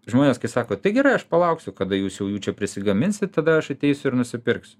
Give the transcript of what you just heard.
žmonės kai sako tai gerai aš palauksiu kada jūs jau jų čia prisigaminsit tada aš ateisiu ir nusipirksiu